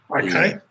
Okay